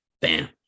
Bam